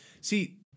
See